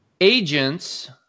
agents